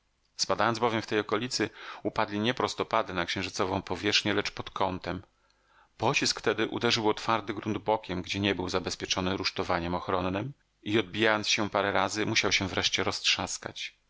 spadając bowiem w tej okolicy upadli nie prostopadle na księżycową powierzchnię lecz pod kątem pocisk tedy uderzył o twardy grunt bokiem gdzie nie był zabezpieczony rusztowaniem ochronnem i odbijając się parę razy musiał się wreszcie roztrzaskać